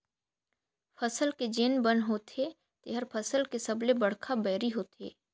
फसल के जेन बन होथे तेहर फसल के सबले बड़खा बैरी होथे